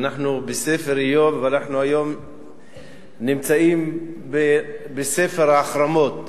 בספר איוב, אנחנו היום נמצאים בספר ההחרמות,